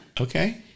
Okay